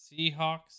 Seahawks